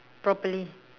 properly